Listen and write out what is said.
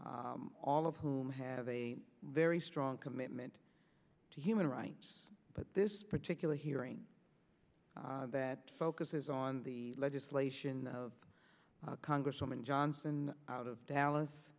them all of whom have a very strong commitment to human rights but this particular hearing that focuses on the legislation of congresswoman johnson out of dallas